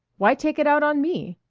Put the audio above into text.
why take it out on me?